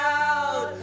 out